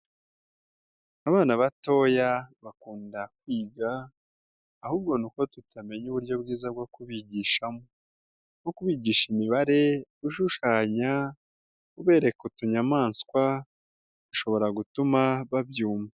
Abana batoya bakunda kwiga ahubwo ni uko tutamenya uburyo bwiza bwo kubigishamo, nko kubigisha imibare, ushushanya, ubereka utunyamanswa, bishobora gutuma babyumva.